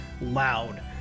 loud